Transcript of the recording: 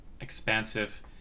expansive